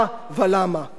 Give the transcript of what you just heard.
ואני מחזיק כאן,